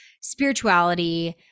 spirituality